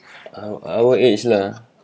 our our age lah